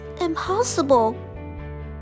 impossible